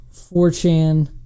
4chan